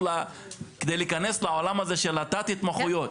כדי להיכנס לעולם הזה של תת-התמחויות.